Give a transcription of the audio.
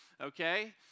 okay